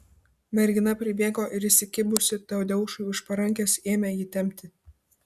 mergina pribėgo ir įsikibusi tadeušui už parankės ėmė jį tempti